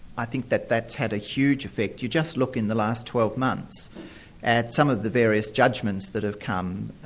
i think that that's had a huge effect. you just look in the last twelve months at some of the various judgments that have come.